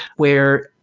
where,